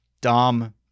dom